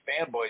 fanboys